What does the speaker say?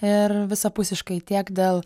ir visapusiškai tiek dėl